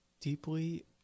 Deeply